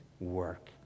work